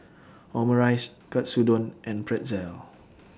Omurice Katsudon and Pretzel